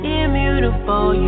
immutable